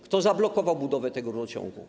Kto zablokował budowę tego rurociągu?